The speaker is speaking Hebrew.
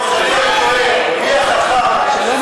הוא נהנה מההגנה של המתנדבים פה, ששומרים